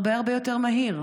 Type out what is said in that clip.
לטיפול הרבה הרבה יותר מהיר.